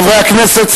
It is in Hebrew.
חברי הכנסת,